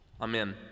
Amen